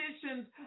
conditions